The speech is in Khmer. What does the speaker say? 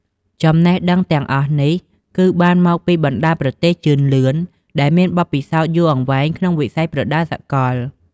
ចំណេះដឹងទាំងអស់នេះ គឺបានមកពីបណ្តាប្រទេសជឿនលឿនដែលមានបទពិសោធន៍យូរអង្វែងក្នុងវិស័យប្រដាល់សកល។